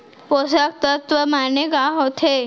पोसक तत्व माने का होथे?